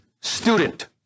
student